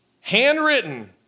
handwritten